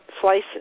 slices